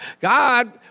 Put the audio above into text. God